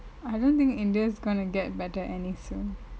I don't think india is gonna get better any soon